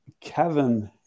Kevin